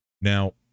Now